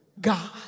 God